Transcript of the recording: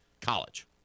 college